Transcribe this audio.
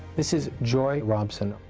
this is joy robson,